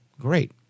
Great